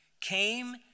came